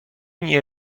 nie